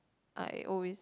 I always